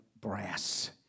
brass